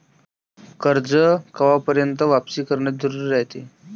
कर्ज कवापर्यंत वापिस करन जरुरी रायते?